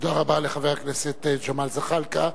תודה רבה לחבר הכנסת ג'מאל זחאלקה.